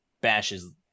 bashes